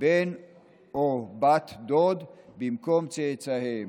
"בן או בת דוד" במקום "צאצאיהם".